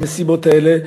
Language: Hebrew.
במסיבות האלה,